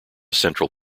central